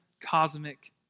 cosmic